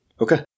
Okay